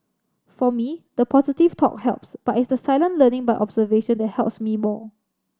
for me the positive talk helps but it's the silent learning by observation that helps me more